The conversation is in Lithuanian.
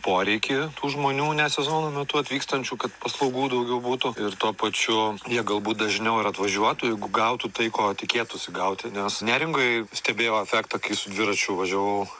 poreikį tų žmonių ne sezono metu atvykstančių kad paslaugų daugiau būtų ir tuo pačiu jie galbūt dažniau ir atvažiuotų jeigu gautų tai ko tikėtųsi gauti nes neringoj stebėjau efektą kai su dviračiu važiavau